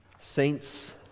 saints